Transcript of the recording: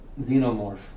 Xenomorph